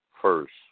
first